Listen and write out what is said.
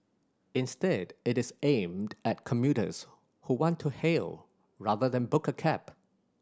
instead it is aimed at commuters who want to hail rather than book a cab